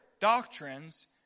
doctrines